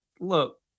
look